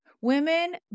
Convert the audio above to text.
women